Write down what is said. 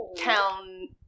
town